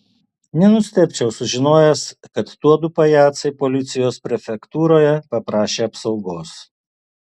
nenustebčiau sužinojęs kad tuodu pajacai policijos prefektūroje paprašė apsaugos